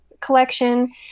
collection